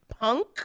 punk